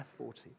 F40